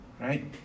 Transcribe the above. right